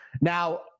now